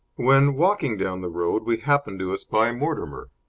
when, walking down the road, we happened to espy mortimer.